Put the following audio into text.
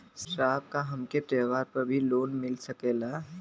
साहब का हमके त्योहार पर भी लों मिल सकेला?